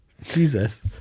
Jesus